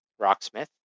Rocksmith